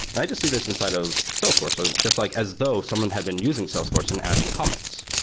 i just see this inside of salesforce so just like as though someone had been using salesforce and adding comments.